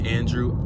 Andrew